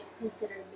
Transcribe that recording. consider